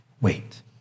wait